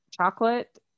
chocolate